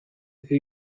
who